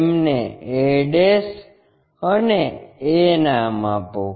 તેમને a અને a નામ આપો